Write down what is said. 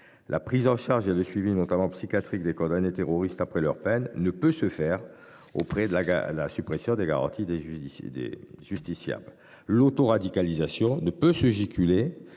La prise en charge et le suivi, notamment psychiatrique, des condamnés terroristes après leur peine ne peuvent se faire au prix de la suppression des garanties auxquelles ont droit les justiciables. L’autoradicalisation ne peut se juguler